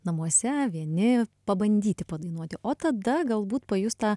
namuose vieni pabandyti padainuoti o tada galbūt pajus tą